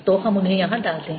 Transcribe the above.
तो हम उन्हें यहां डालते हैं